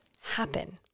happen